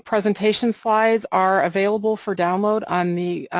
presentation slides are available for download on the